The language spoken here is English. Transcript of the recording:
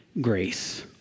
grace